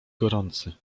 gorący